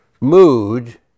mood